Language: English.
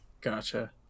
gotcha